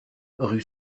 rue